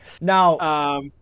now